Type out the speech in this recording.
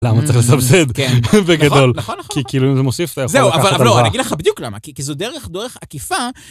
למה צריך לסבסד בגדול? נכון, נכון, נכון. כי כאילו אם זה מוסיף, אתה יכול לקחת את הלוואה. זהו, אבל לא, אני אגיד לך בדיוק למה, כי זו דרך עקיפה.